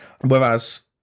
whereas